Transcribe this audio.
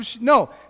no